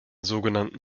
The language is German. sogenannten